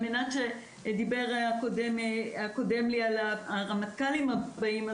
דיבר הקודם לי על הרמטכ"לים הבאים.